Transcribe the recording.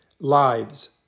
Lives